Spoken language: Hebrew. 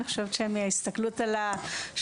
אני חושבת שמהסתכלות על השולחן,